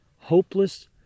hopeless